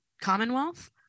commonwealth